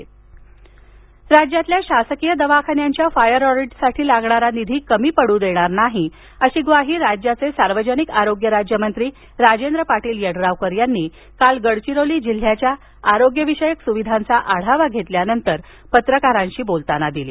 य़ड़ावकर राज्यातल्या शासकीय दवाखान्यांच्या फायर ऑडिटसाठी लागणारा निधी कमी पडू देणार नाही अशी ग्वाही राज्याचे सार्वजनिक आरोग्य राज्यमंत्री राजेंद्र पाटील यड्रावकर यांनी काल गडचिरोली जिल्ह्याच्या आरोग्यविषयक सूविधांचा आढावा घेतल्यानंतर पत्रकारांशी बोलताना दिली